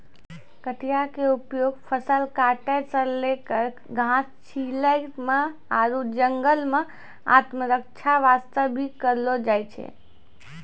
कचिया के उपयोग फसल काटै सॅ लैक घास छीलै म आरो जंगल मॅ आत्मरक्षा वास्तॅ भी करलो जाय छै